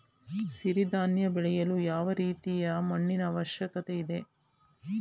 ಸಿರಿ ಧಾನ್ಯ ಬೆಳೆಯಲು ಯಾವ ರೀತಿಯ ಮಣ್ಣಿನ ಅವಶ್ಯಕತೆ ಇದೆ?